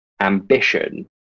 ambition